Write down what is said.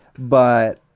but,